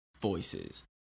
voices